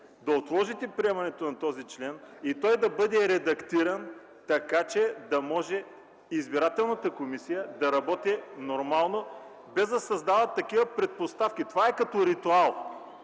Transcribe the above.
да отложите приемането на този член и той да бъде редактиран, така че избирателната комисия да може да работи нормално, без да създава такива предпоставки. Това е като някакъв